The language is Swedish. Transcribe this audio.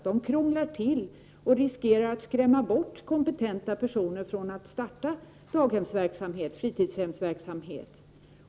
De krånglar till och riskerar att skrämma bort kompetenta personer från att starta daghemsverksamhet och fritidsverksamhet.